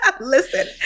listen